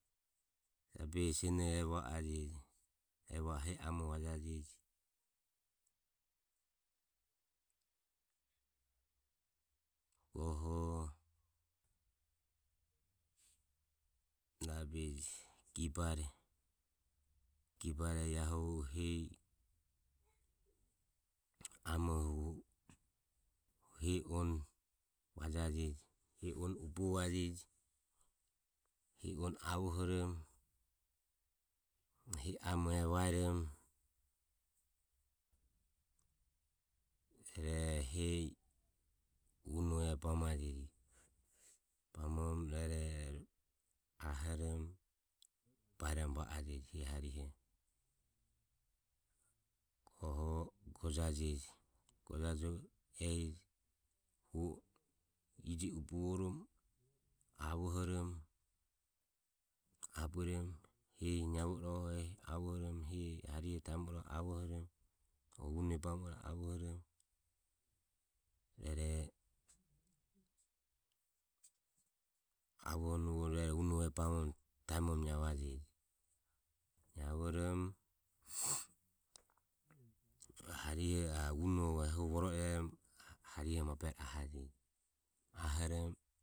Jabehi senoho e va ajeji e va o hehi amoho vajajeji. Goho rabeji gibare. gibare ae hu hehi amoho hu hehi on vajajeji, hehi on ubuvajeji. hehi on avohoromo. amoho e vaeromo e hehi unoho e bamoromo naivajeji. bamoromo rueroho ae rahoromo baeromo va ajeji hehi harihoho. Goho gojaje je. gojajo ehi je e hu o ije ubuvoromo. avohoromo. abue romo hehi naivo irohe rohoho avohoromo hehi harihe taemo iroho avohoromo o une bamo iroho avohoromo rueroho avohoromo unoho e bamoromo taemoromo naivajeje. Naivoromo hariho o unoho ehuro voro ireromo ae hu mabero ahajeji. Ahoromo rueroho